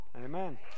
Amen